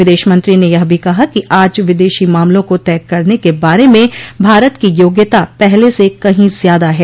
विदेश मंत्री ने यह भी कहा कि आज विदेशी मामलों को तय करने के बारे म भारत की योग्यता पहले से कहीं ज्यादा है